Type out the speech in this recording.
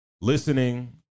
listening